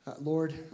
Lord